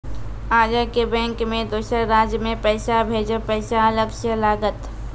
आजे के बैंक मे दोसर राज्य मे पैसा भेजबऽ पैसा अलग से लागत?